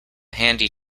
handy